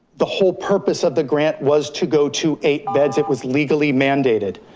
the whole purpose of the grant was to go to eight beds, it was legally mandated.